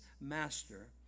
master